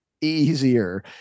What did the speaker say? easier